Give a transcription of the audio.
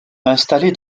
installé